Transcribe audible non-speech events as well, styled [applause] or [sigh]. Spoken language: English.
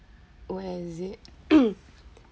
oh is it [coughs]